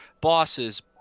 bosses